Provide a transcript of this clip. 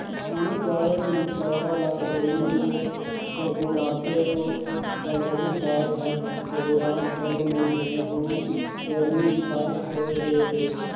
आने गाय मन पैरा ला बड़िहा ले पगुराथे अउ बलही गाय हर पगुरात घलो नई हे कोन जनिक काय होय गे ते